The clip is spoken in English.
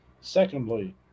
Secondly